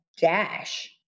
dash